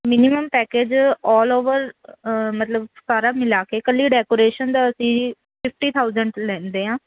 minimum package all over ਮਤਲਬ ਸਾਰਾ ਮਿਲਾ ਕੇ ਇਕੱਲੀ ਡੈਕੋਰੇਸ਼ਨ ਦਾ ਅਸੀਂ ਫਿਫਟੀ ਥਾਊਸੈਂਡ ਲੈਂਦੇ ਹਾਂ